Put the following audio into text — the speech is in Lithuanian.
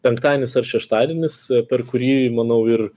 penktadienis ar šeštadienis per kurį manau ir